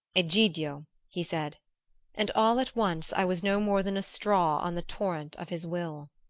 egidio! he said and all at once i was no more than a straw on the torrent of his will.